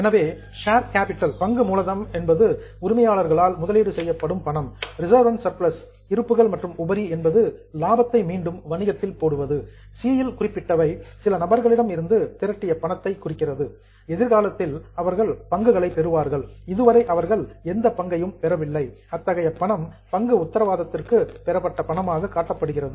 எனவே share capital பங்கு மூலதனம் என்பது உரிமையாளர்களால் முதலீடு செய்யப்படும் பணம் ரிசர்வ்ஸ் அண்ட் சர்பிளஸ் இருப்புகள் மற்றும் உபரி என்பது லாபத்தை மீண்டும் வணிகத்தில் போடுவது c இல் குறிப்பிட்டவை சில நபர்களிடம் இருந்து திரட்டிய பணத்தை குறிக்கிறது எதிர்காலத்தில் அவர்கள் பங்குகளை பெறுவார்கள் இதுவரை அவர்கள் எந்த பங்கையும் பெறவில்லை அத்தகைய பணம் பங்கு உத்தரவாதத்திற்கு பெறப்பட்ட பணமாக காட்டப்படுகிறது